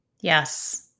Yes